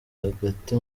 hagati